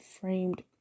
framed